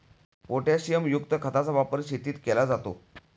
पोटॅशियमयुक्त खताचा वापर शेतीत केला जातो